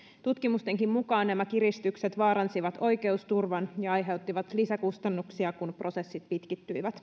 tutkimustenkin mukaan nämä kiristykset vaaransivat oikeusturvan ja aiheuttivat lisäkustannuksia kun prosessit pitkittyivät